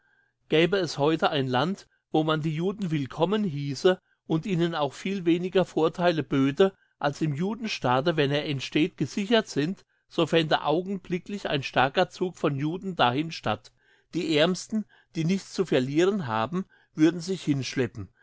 gäbe es heute ein land wo man die juden willkommen hiesse und ihnen auch viel weniger vortheil böte als im judenstaate wenn er entsteht gesichert sind so fände augenblicklich ein starker zug von juden dahin statt die aermsten die nichts zu verlieren haben würden sich hinschleppen